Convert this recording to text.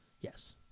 Yes